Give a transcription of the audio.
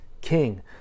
king